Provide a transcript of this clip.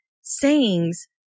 sayings